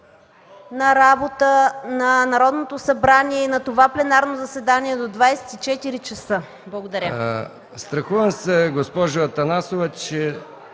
на работа на Народното събрание, на това пленарно заседание до 24,00 ч. Благодаря